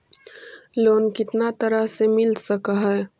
Loan कितना तरह से मिल सक है?